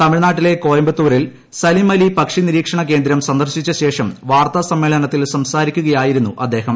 തമിഴ്നാട്ടിലെ കോയമ്പത്തൂരി ൽ സലിം അലി പക്ഷി നിരീക്ഷണ കേന്ദ്രം സന്ദർശിച്ച ശേഷം വാർത്താസമ്മേളനത്തിൽ സംസാരിക്കുകയായിരുന്നു അദ്ദേഹം